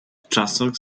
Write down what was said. czasach